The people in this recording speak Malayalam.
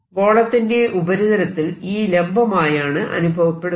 ഗോളത്തിന്റെ ഉപരിതലത്തിൽ E ലംബമായാണ് അനുഭവപ്പെടുന്നത്